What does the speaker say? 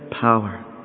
power